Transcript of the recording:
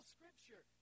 Scripture